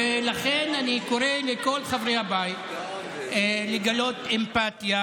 לכן אני קורא לכל חברי הבית לגלות אמפתיה